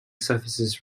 services